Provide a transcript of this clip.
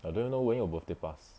I don't even know when your birthday pass